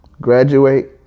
graduate